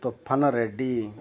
ତୋଫନ ready